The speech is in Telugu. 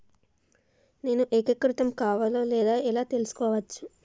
నేను ఏకీకృతం కావాలో లేదో ఎలా తెలుసుకోవచ్చు?